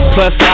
Plus